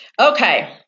Okay